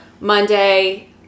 Monday